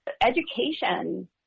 education